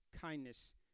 kindness